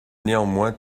néanmoins